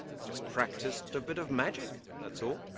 i just practiced a bit of magic, that's all.